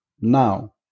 now